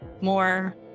more